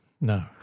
No